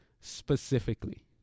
specifically